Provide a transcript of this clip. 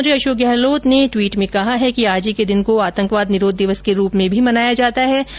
मुख्यमंत्री अशोक गहलोत ने ट्वीट में कहा है कि आज के दिन को आंतकवाद निरोध दिवस के रूप में मनाया जाता है